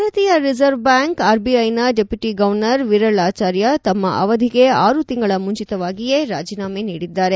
ಭಾರತೀಯ ರಿಸರ್ವ್ಬ್ಯಾಂಕ್ ಆರ್ಬಿಐನ deputy governor Viral Acharya ತಮ್ಮ ಅವಧಿಗೆ ಆರು ತಿಂಗಳ ಮುಂಚೆತವಾಗಿಯೇ ರಾಜಿನಾಮೆ ನೀಡಿದ್ದಾರೆ